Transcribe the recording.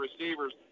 receivers